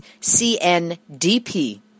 CNDP